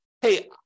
hey